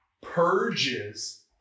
purges